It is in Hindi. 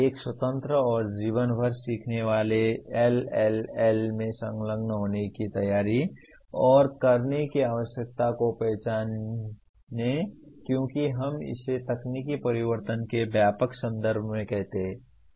एक स्वतंत्र और जीवन भर सीखने वाले LLL में संलग्न होने की तैयारी और करने की आवश्यकता को पहचानें क्योंकि हम इसे तकनीकी परिवर्तन के व्यापक संदर्भ में कहते हैं